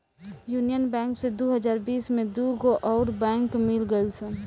union bank से दू हज़ार बिस में दूगो अउर बैंक मिल गईल सन